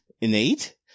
innate